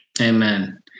Amen